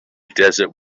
desert